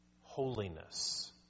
Holiness